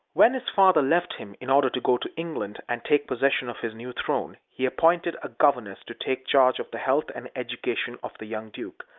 when his father left him, in order to go to england and take possession of his new throne, he appointed a governess to take charge of the health and education of the young duke.